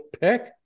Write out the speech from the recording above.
pick